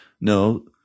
No